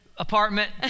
apartment